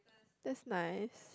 that's nice